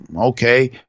okay